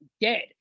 dead